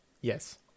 Yes